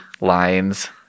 lines